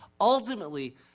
Ultimately